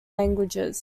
languages